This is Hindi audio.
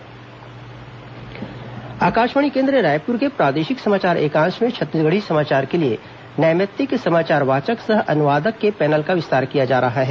आकाशवाणी छत्तीसगढ़ी पैनल आकाशवाणी केन्द्र रायपुर के प्रादेशिक समाचार एकांश में छत्तीसगढ़ी समाचार के लिए नैमित्तिक समाचार वाचक सह अनुवादक के पैनल का विस्तार किया जा रहा है